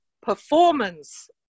performance